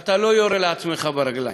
אתה לא יורה לעצמך ברגליים,